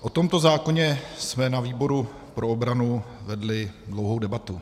O tomto zákoně jsme na výboru pro obranu vedli dlouhou debatu.